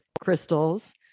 crystals